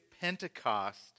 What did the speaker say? Pentecost